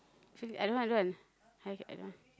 actualy I don't want I don't want I I don't want